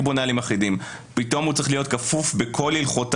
לקבוע נהלים אחידים פתאום הוא צריך להיות כפוף בכל הלכותיו